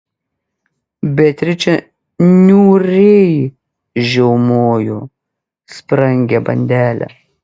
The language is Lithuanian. beatričė niūriai žiaumojo sprangią bandelę